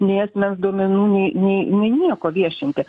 nei asmens duomenų nei nei nei nieko viešinti